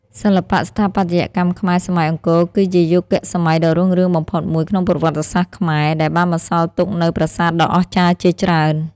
សិល្បៈស្ថាបត្យកម្មខ្មែរសម័យអង្គរ គឺជាយុគសម័យដ៏រុងរឿងបំផុតមួយក្នុងប្រវត្តិសាស្រ្តខ្មែរ ដែលបានបន្សល់ទុកនូវប្រាសាទដ៏អស្ចារ្យជាច្រើន។